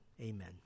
Amen